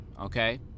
okay